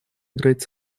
играть